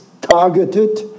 targeted